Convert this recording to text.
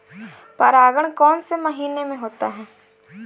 परागण कौन से महीने में होता है?